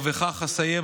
ובכך אסיים,